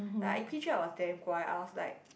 like I P-three I was damn 乖 I was like